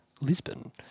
Lisbon